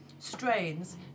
Strains